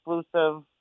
exclusive